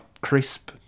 crisp